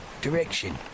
direction